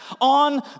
on